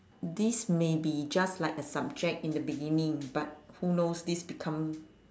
this may be just like a subject in the beginning but who knows this become